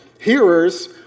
hearers